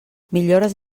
millores